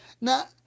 Now